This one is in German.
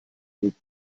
mit